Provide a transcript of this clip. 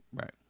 Right